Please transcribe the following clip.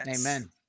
Amen